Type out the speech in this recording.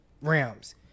Rams